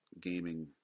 gaming